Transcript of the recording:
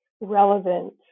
relevant